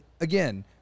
again